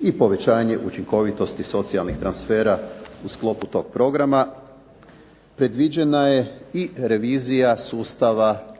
i povećanje učinkovitosti socijalnih transfera u sklopu tog programa predviđena je i revizija sustava